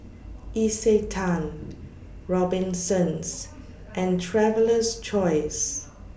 Isetan Robinsons and Traveler's Choice